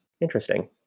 interesting